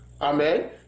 amen